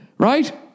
Right